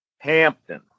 Hampton